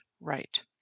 right